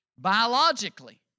Biologically